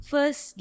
First